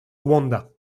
rwanda